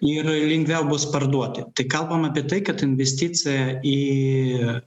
ir lengviau bus parduoti tai kalbam apie tai kad investicija į